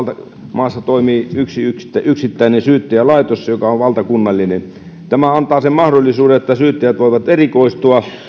maassa toimii yksi yksittäinen syyttäjälaitos joka on valtakunnallinen tämä antaa sen mahdollisuuden että syyttäjät voivat erikoistua